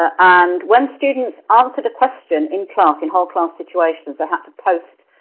ah and when students answered the question in class, in whole class situations, they'd have to post